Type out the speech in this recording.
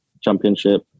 championship